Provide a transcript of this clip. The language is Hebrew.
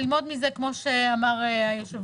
הוא ללמוד מזה כמו שאמר היו"ר,